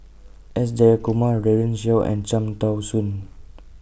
S Jayakumar Daren Shiau and Cham Tao Soon